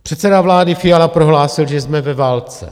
Předseda vlády Fiala prohlásil, že jsme ve válce.